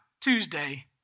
Tuesday